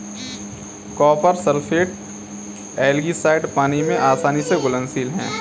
copper sulphate algicide पानी में आसानी से घुलनशील है